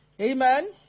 amen